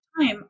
time